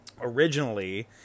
Originally